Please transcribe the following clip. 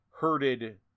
herded